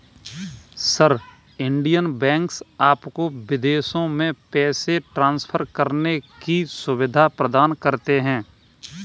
sir, Indian banks आपको विदेशों में पैसे ट्रान्सफर करने की सुविधा प्रदान करते हैं